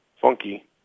funky